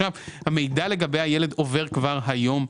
המידע לגבי הילד עובר כבר היום,